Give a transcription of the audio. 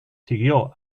siguió